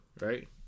right